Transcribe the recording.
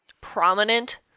prominent